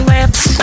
Lips